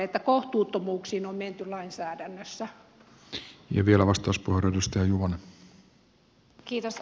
että kohtuuttomuuksiin on menty lainsäädännössä